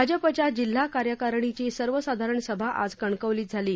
भाजपच्या जिल्हा कार्यकारिणीची सर्वसाधारण सभा आज कणकवलीत झाली